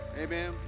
Amen